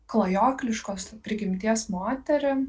klajokliškos prigimties moterį